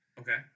Okay